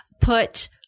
put